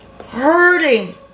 Hurting